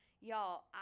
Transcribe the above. Y'all